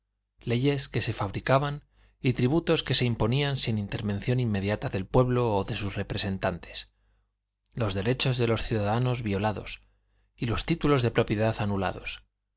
leyes que se fabricaban y tributos que se imponían sin intervención inmediata del pueblo o de sus representantes los derechos de los ciudadanos violados y los títulos de propiedad anulados